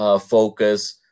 focus